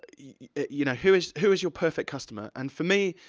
you know, who is, who is your perfect customer? and for me,